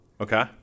Okay